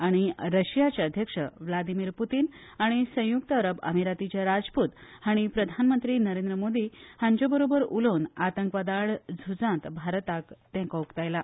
आनी रशियाचे अध्यक्ष व्लादीमीर पूतीन आनी संयुक्त अरब अमिरातीचे राजपूत हांणी प्रधानमंत्री नरेंद्र मोदी हांचेबरोबर उलोवन आतंकवादा आड झूंजात भारताक तेंको उक्तायला